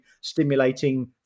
stimulating